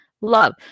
Love